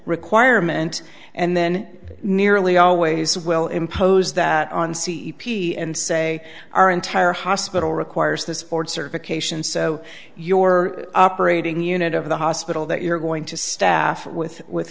requirement and then nearly always will impose that on c e p and say our entire hospital requires this board certification so your operating unit of the hospital that you're going to staff it with with